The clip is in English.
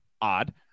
Odd